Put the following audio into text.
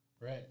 Right